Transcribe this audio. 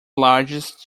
largest